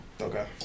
Okay